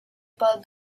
pal